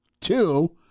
two